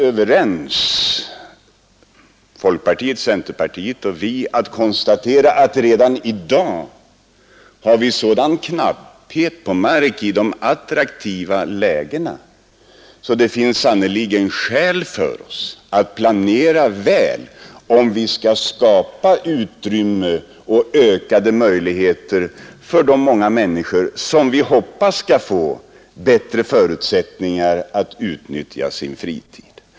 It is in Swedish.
Men folkpartiet, centerpartiet och vi är överens om konstaterandet att vi redan i dag har en sådan knapphet på mark i de attraktiva lägena, att det säkerligen finns skäl för oss att planera väl om vi skall kunna skapa möjligheter för de många människorna att bättre utnyttja sin fritid.